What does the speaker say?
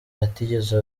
atigeze